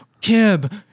Kib